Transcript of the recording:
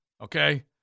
okay